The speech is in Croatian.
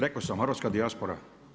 Rekao sam, hrvatska dijaspora.